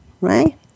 Right